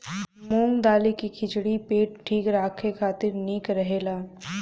मूंग दाली के खिचड़ी पेट ठीक राखे खातिर निक रहेला